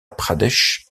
pradesh